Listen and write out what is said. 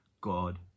God